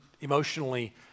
emotionally